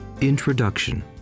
Introduction